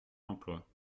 emploi